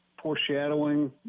foreshadowing